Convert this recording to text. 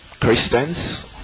Christians